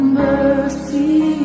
mercy